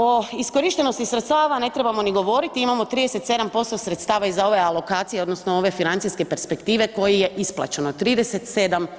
O iskorištenosti sredstava ne trebamo ni govoriti, imamo 37% sredstava iz ove alokacije odnosno ove financijske perspektive koji je isplaćeno, 37%